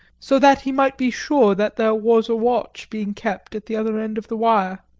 so that he might be sure that there was a watch being kept at the other end of the wire.